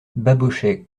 babochet